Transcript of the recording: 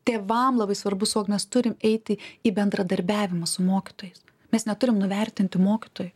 tėvam labai svarbu suvokt mes turim eiti į bendradarbiavimą su mokytojais mes neturim nuvertinti mokytojų